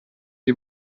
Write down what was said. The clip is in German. die